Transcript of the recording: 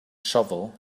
shovel